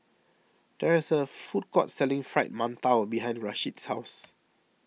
there is a food court selling Fried Mantou behind Rasheed's house